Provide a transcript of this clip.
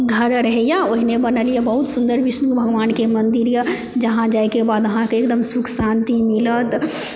घर रहैए ओहने बनल यऽ सुन्दर विष्णु भगवानके मन्दिर यऽ जहांँ जाइके बाद अहाँ कऽ सुख शान्ति मिलत